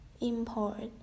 Import